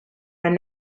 and